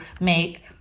make